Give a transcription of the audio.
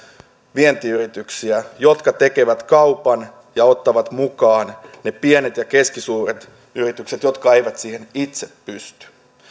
vientiyrityksiä jotka tekevät kaupan ja ottavat mukaan ne pienet ja keskisuuret yritykset jotka eivät siihen itse pysty